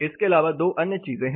इसके अलावा दो अन्य चीजें हैं